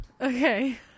Okay